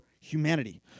humanity